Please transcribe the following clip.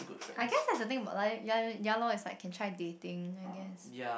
I guess that's the thing about lying li~ ya lor can try dating I guess